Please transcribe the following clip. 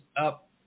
up